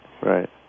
right